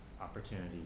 opportunity